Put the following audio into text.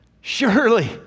Surely